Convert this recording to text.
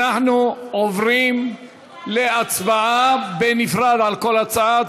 אנחנו עוברים להצבעה בנפרד על כל הצעה.